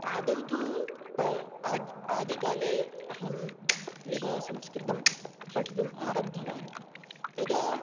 आदौ तु पाठः आदौ आदिकाले अहं यदा संस्कृतं पठितुम् आरब्धवान् तदा